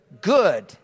good